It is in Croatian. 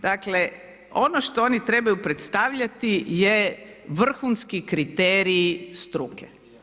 Dakle ono što oni trebaju predstavljati je vrhunski kriterij struke.